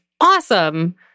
awesome